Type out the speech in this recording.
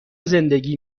زندگی